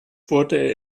wurde